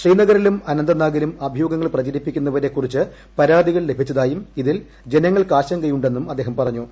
ശ്രീനഗറിലും അനന്തനാഗിലും അഭ്യൂഹങ്ങൾ പ്രചരിപ്പിക്കുന്നവരെക്കുറ്റിച്ച്പുരാതികൾ ലഭിച്ചതായും ഇതിൽ ജനങ്ങൾക്ക് ആശങ്കയുണ്ട്രെന്നും് അദ്ദേഹം പറഞ്ഞു